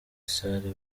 salle